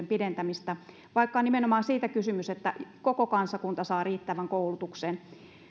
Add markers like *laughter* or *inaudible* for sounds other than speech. *unintelligible* pidentämistä vaikka on nimenomaan siitä kysymys että koko kansakunta saa riittävän koulutuksen